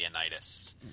Leonidas